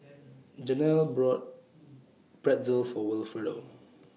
Jenelle bought Pretzel For Wilfredo